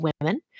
Women